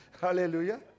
Hallelujah